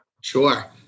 Sure